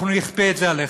אנחנו נכפה את זה עליך.